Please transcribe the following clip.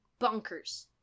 bonkers